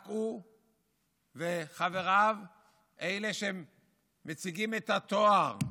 רק הוא וחבריו הם שמציגים את הטוהר.